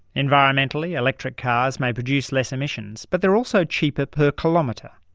environmentally, electric cars may produce less emissions but they are also cheaper per kilometre.